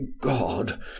god